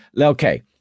okay